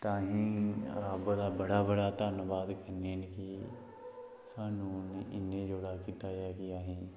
ते असें ई रब दा बड़ा बड़ा धन्नबाद करने न कि सानूं इन्ने जोह्गा कीता जाए कि असें ई